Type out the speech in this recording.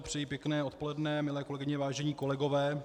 Přeji pěkné odpoledne, milé kolegyně, vážení kolegové.